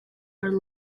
are